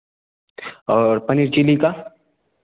और पनीर चीली का